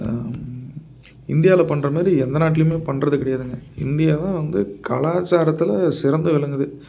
இந்தியாவில பண்ணுற மாரி எந்த நாட்டிலையுமே பண்ணுறது கிடையாதுங்க இந்தியா தான் வந்து கலாச்சாரத்தில் சிறந்து விளங்குது